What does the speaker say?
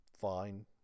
fine